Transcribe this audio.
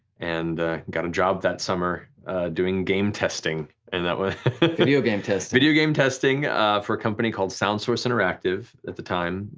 and got a job that summer doing game testing. and video game testing. video game testing for a company called sound source interactive at the time,